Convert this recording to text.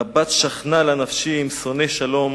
רבת שכנה לה נפשי עם שונא שלום.